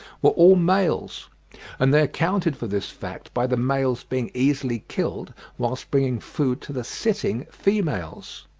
were all males and they accounted for this fact by the males being easily killed whilst bringing food to the sitting females.